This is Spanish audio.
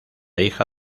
hija